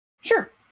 sure